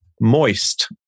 Moist